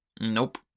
Nope